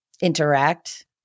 interact